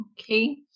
okay